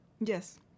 Yes